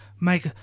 make